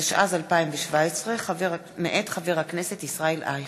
התשע"ז 2017, של חבר הכנסת אייכלר,